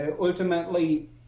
ultimately